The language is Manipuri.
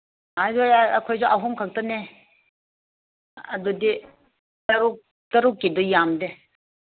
ꯑꯩꯈꯣꯏꯁꯨ ꯑꯍꯨꯝꯈꯛꯇꯅꯦ ꯑꯗꯨꯗꯤ ꯇꯔꯨꯛ ꯇꯔꯨꯛꯀꯤꯗꯣ ꯌꯥꯝꯗꯦ